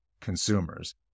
consumers